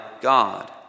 God